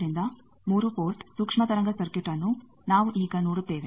ಆದ್ದರಿಂದ 3 ಪೋರ್ಟ್ ಸೂಕ್ಷ್ಮ ತರಂಗ ಸರ್ಕ್ಯೂಟ್ನ್ನು ನಾವು ಈಗ ನೋಡುತ್ತೇವೆ